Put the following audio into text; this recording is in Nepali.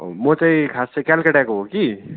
म चाहिँ खासै कलकत्ताको हो कि